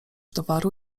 towaru